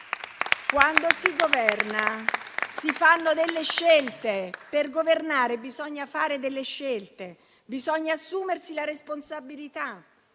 Quando si governa si fanno delle scelte. Per governare bisogna fare delle scelte, bisogna assumersi la responsabilità